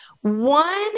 one